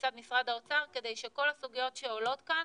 מצד משרד האוצר כדי שכל הסוגיות שעולות כאן